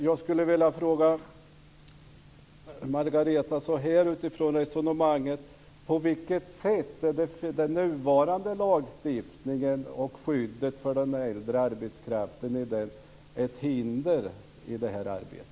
Jag skulle vilja fråga Margareta så här utifrån hennes resonemang: På vilket sätt är den nuvarande lagstiftningen och skyddet för den äldre arbetskraften ett hinder i det här arbetet?